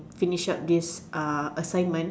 finish up this uh assignment